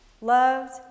loved